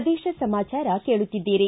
ಪ್ರದೇಶ ಸಮಾಚಾರ ಕೇಳುತ್ತಿದ್ದೀರಿ